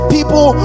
People